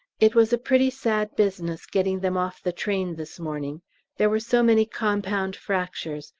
it was a pretty sad business getting them off the train this morning there were so many compound fractures,